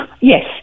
Yes